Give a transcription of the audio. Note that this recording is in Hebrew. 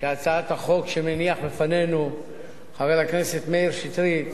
שהצעת החוק שמניח בפנינו חבר הכנסת מאיר שטרית